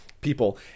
people